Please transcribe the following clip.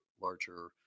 larger